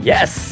Yes